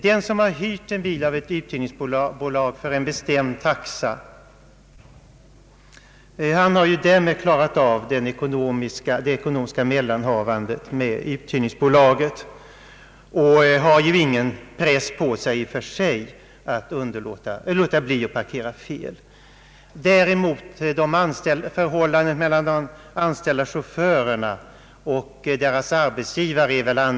Den som hyrt en bil av ett uthyrningsbolag för en bestämd taxa, har därmed klarat av det ekonomiska mellanhavandet med uthyrningsbolaget och har ju ingen press på sig om han frestas parkera fel. Däremot är förhållandet annorlunda mellan de anställda chaufförerna och deras arbetsgivare.